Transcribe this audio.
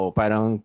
parang